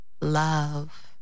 love